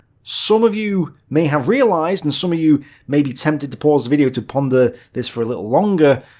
some of you may have realised, and some of you may be tempted to pause the video to ponder this for a little longer,